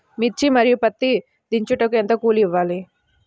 మిర్చి మరియు పత్తి దించుటకు ఎంత కూలి ఇవ్వాలి?